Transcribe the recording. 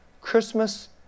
Christmas